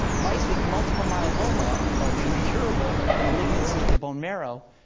mice with multiple myeloma, an incurable malignancy of the bone marrow,